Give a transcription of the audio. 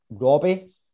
Robbie